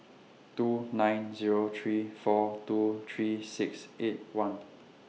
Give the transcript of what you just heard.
two nine Zero three four two three six eight one